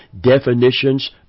definitions